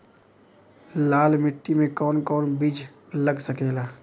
लाल मिट्टी में कौन कौन बीज लग सकेला?